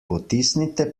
potisnite